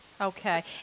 Okay